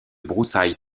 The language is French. broussailles